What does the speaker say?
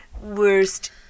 worst